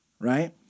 right